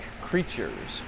creatures